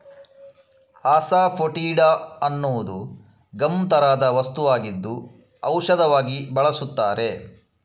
asafoetida ಅನ್ನುವುದು gum ತರಹದ ವಸ್ತುವಾಗಿದ್ದು ಔಷಧವಾಗಿ ಬಳಸುತ್ತಾರೆ